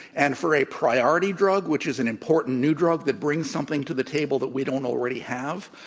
and for a priority drug, which is an important new drug that brings something to the table that we don't already have,